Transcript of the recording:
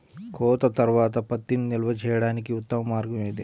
కోత తర్వాత పత్తిని నిల్వ చేయడానికి ఉత్తమ మార్గం ఏది?